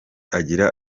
agira